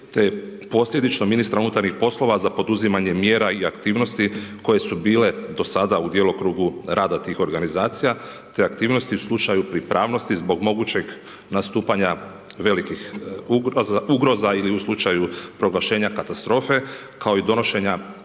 te posljedično ministra unutarnjih poslova za poduzimanje mjera i aktivnosti koje su bile do sada u djelokrugu rada tih organizacije, te aktivnosti u slučaju pripravnosti zbog mogućeg nastupanja velikih ugroza ili u slučaju proglašenja katastrofe, kao i donošenja